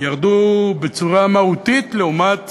ירדו בצורה מהותית לעומת